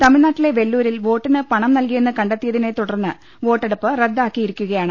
തമിഴ്നാ ട്ടിലെ വെല്ലൂരിൽ വോട്ടിന് പണം നൽകിയെന്ന് കണ്ടെത്തിയതിനെ തുടർന്ന് വോട്ടെടുപ്പ് റദ്ദാക്കിയിരിക്കുകയാണ്